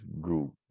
group